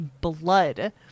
blood